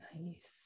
Nice